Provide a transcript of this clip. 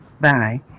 Bye